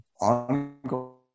ongoing